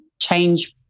change